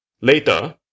Later